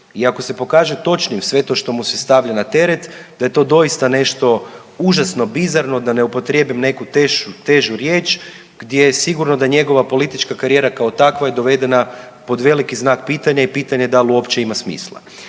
ako se pokaže točnim sve to što mu se stavlja na teret da je to doista nešto užasno bizarno, da ne upotrijebim neku težu riječ gdje sigurno da njegova politička karijera kao takva je dovedena pod veliki znak pitanja i pitanje dal uopće ima smisla.